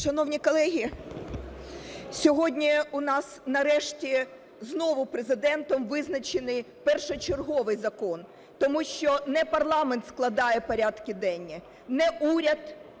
Шановні колеги, сьогодні у нас нарешті знову Президентом визначений першочерговий закон. Тому що не парламент складає порядки денні, не уряд